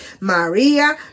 Maria